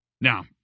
Now